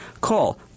Call